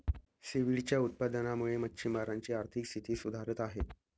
सीव्हीडच्या उत्पादनामुळे मच्छिमारांची आर्थिक स्थिती सुधारत आहे